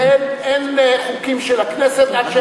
אדוני יודיע לממשלה שאין חוקים של הכנסת עד,